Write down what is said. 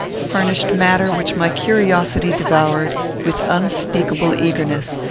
furnished matter which my curiosity devoured with unspeakable eagerness,